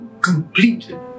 completed